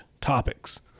topics